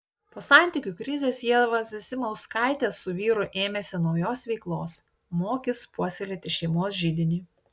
po santykių krizės ieva zasimauskaitė su vyru ėmėsi naujos veiklos mokys puoselėti šeimos židinį